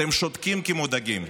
אתם שותקים כמו דגים.